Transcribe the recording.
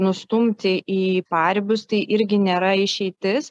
nustumti į paribius tai irgi nėra išeitis